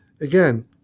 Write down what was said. Again